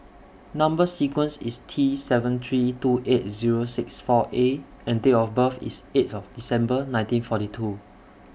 Number sequence IS T seven three two eight Zero six four A and Date of birth IS eighth December nineteen forty two